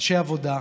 אנשי עבודה,